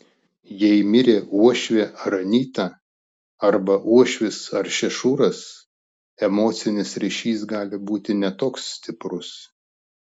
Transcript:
jei mirė uošvė ar anyta arba uošvis ar šešuras emocinis ryšys gali būti ne toks stiprus